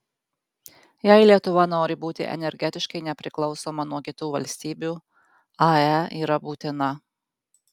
jei lietuva nori būti energetiškai nepriklausoma nuo kitų valstybių ae yra būtina